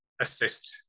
assist